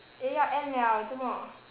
eh 要 end 了做么